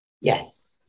Yes